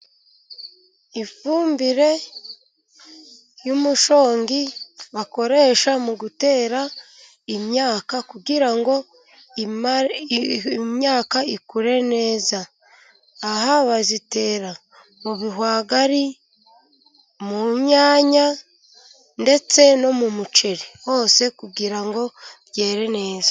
Ifumbire y'umushongi bakoresha mu gutera imyaka kugira ngo imyaka ikure neza. Aha bayitera mu bihwagari, mu nyanya, ndetse no mu muceri, hose kugira ngo byere neza.